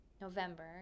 November